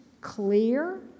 clear